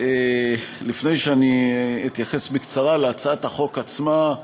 לפני שאני אתייחס בקצרה להצעת החוק עצמה,